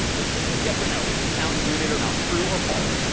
which just says yes or no. is the sound muted or not? true or false?